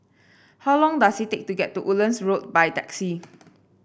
how long does it take to get to Woodlands Road by taxi